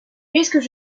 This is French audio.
risquent